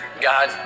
God